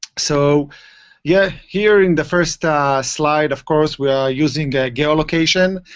so yeah here in the first slide, of course, we are using geolocation.